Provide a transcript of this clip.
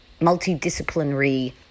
multidisciplinary